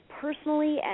personally